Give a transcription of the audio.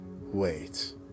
wait